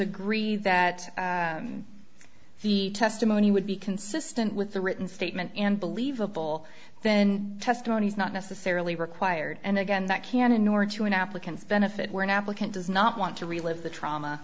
agree that the testimony would be consistent with the written statement and believable then testimony is not necessarily required and again that can ignore to an applicant's benefit where an applicant does not want to relive the trauma